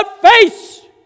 face